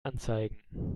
anzeigen